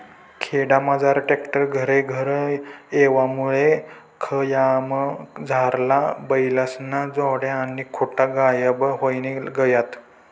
खेडामझार ट्रॅक्टर घरेघर येवामुये खयामझारला बैलेस्न्या जोड्या आणि खुटा गायब व्हयी गयात